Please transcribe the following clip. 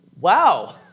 Wow